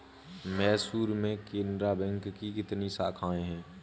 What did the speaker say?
मैसूर में केनरा बैंक की कितनी शाखाएँ है?